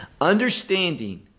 understanding